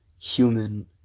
human